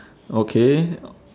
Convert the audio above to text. okay